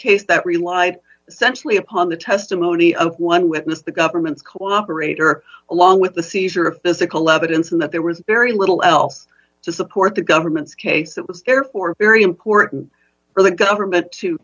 case that relied simply upon the testimony of one witness the government's cooperator along with the seizure of physical evidence and that there was very little else to support the government's case it was therefore very important for the government to